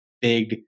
big